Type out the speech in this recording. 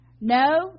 No